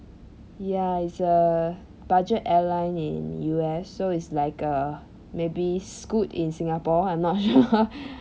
ya it's a budget airline in U_S so it's like a maybe scoot in singapore I'm not sure